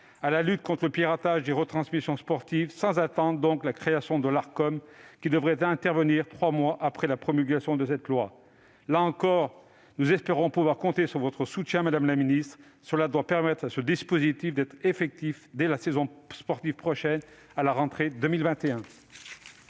à la lutte contre le piratage des retransmissions sportives, sans attendre la création de l'Arcom, qui devrait intervenir trois mois après la promulgation du texte. Là encore, nous espérons pouvoir compter sur votre soutien, madame la ministre, afin de permettre à ce dispositif d'être effectif dès la saison sportive prochaine, à la rentrée de 2021.